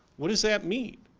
what does that mean?